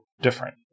different